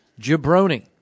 Jabroni